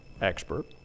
expert